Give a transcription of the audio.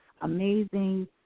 amazing